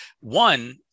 One